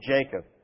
Jacob